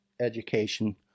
education